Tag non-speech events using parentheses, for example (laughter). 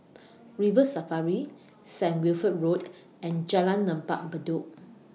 (noise) River Safari Saint Wilfred Road and Jalan Lembah Bedok